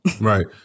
Right